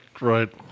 right